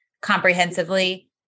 comprehensively